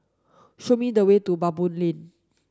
show me the way to Baboo Lane